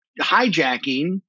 hijacking